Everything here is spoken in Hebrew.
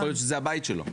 יכול להיות שזה הבית שלו.